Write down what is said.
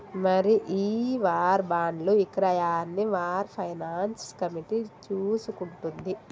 మరి ఈ వార్ బాండ్లు ఇక్రయాన్ని వార్ ఫైనాన్స్ కమిటీ చూసుకుంటుంది